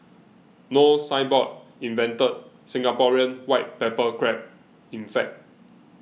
No Signboard invented Singaporean white pepper crab in fact